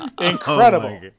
Incredible